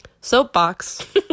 soapbox